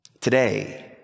Today